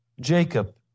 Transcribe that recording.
Jacob